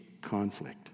conflict